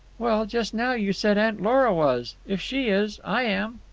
well, just now you said aunt lora was. if she is, i am.